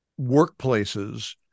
workplaces